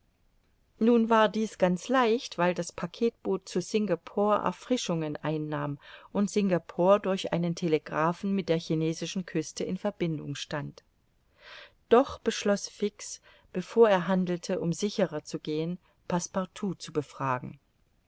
nun war dies ganz leicht weil das packetboot zu singapore erfrischungen einnahm und singapore durch einen telegraphen mit der chinesischen küste in verbindung stand doch beschloß fix bevor er handelte um sicherer zu gehen passepartout zu befragen